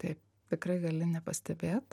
taip tikrai gali nepastebėt